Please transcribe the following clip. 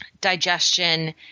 digestion